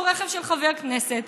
שהוא רכב של חבר כנסת,